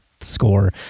Score